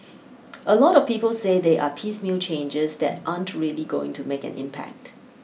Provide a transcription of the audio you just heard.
a lot of people say they are piecemeal changes that aren't really going to make an impact